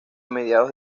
mediados